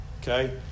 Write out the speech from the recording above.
okay